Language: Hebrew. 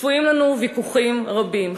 צפויים לנו ויכוחים רבים,